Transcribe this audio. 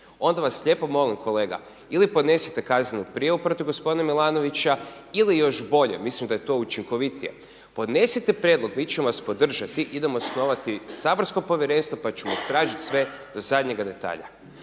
onda vas lijepo molim kolega ili podnesite kaznenu prijavu protiv gospodina Milanovića, ili još bolje mislim da je to učinkovitije podnesite prijedlog, mi ćemo vas podržati, idemo osnovati saborsko povjerenstvo pa ćemo istražiti sve do zadnjega detalja.